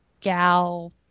gal